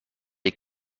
est